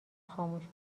خاموش